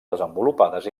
desenvolupades